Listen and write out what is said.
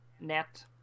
Net